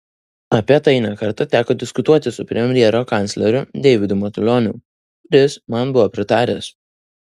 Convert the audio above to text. apie tai ne kartą teko diskutuoti su premjero kancleriu deividu matulioniu kuris man buvo pritaręs